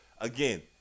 Again